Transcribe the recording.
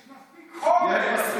יש מספיק חומר.